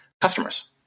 customers